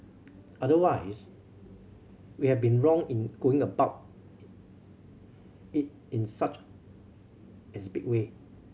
otherwise we have been wrong in going about it in such as big way